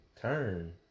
turn